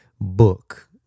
book